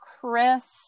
Chris